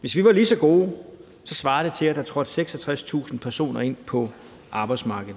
Hvis vi var lige så gode, svarede det til, at der trådte 66.000 personer ind på arbejdsmarkedet.